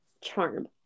charm